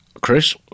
Chris